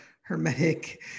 hermetic